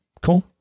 Cool